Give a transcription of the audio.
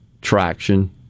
traction